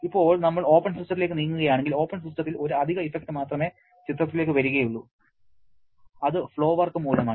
ഇപ്പോൾ നമ്മൾ ഓപ്പൺ സിസ്റ്റത്തിലേക്ക് നീങ്ങുകയാണെങ്കിൽ ഓപ്പൺ സിസ്റ്റത്തിൽ ഒരു അധിക ഇഫക്റ്റ് മാത്രമേ ചിത്രത്തിലേക്ക് വരൂ അത് ഫ്ലോ വർക്ക് മൂലമാണ്